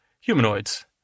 Humanoids